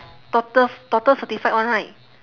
doctor doctor certified [one] right